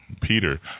Peter